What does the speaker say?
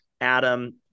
Adam